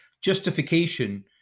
justification